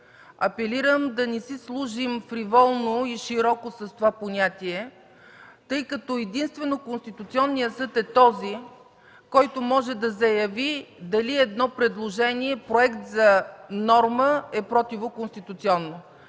Апелирам да не си служим фриволно и широко с това понятие, тъй като единствено Конституционният съд е този, който може да заяви дали едно предложение – проект за норма, е противоконституционно.